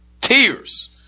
Tears